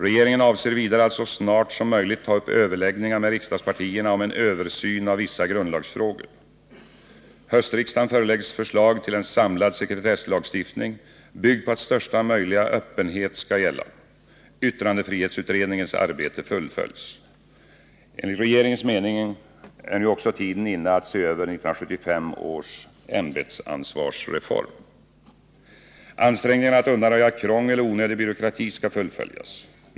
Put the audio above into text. Regeringen avser vidare att så snart som möjligt ta upp överläggningar med riksdagspartierna om en översyn av vissa grundlagsfrågor. Riksdagen föreläggs i höst förslag till en samlad sekretesslagstiftning, byggd på att största möjliga öppenhet skall gälla. Yttrandefrihetsutredningens arbete fullföljs. Enligt regeringens mening är nu också tiden inne att se över 1975 års ämbetsansvarsreform. Ansträngningarna att undanröja krångel och onödig byråkrati skall fullföljas.